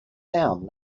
sound